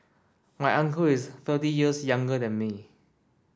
my uncle is thirty years younger than me